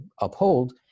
uphold